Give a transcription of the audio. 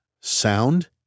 Sound